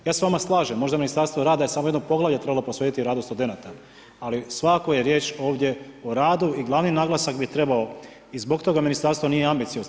Ja se s vama slažem, možda Ministarstvo rada samo jedno poglavlje je trebalo posvetiti radu studenata ali svakako je riječ ovdje o radu i glavni naglasak bi trebao i zbog toga ministarstvo nije ambiciozno.